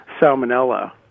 salmonella